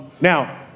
Now